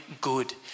good